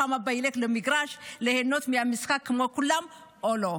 האם בפעם הבאה הוא ילך למגרש ליהנות מהמשחק כמו כולם או לא?